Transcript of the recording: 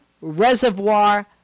reservoir